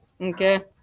Okay